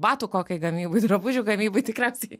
batų kokiai gamybai drabužių gamybai tikriausiai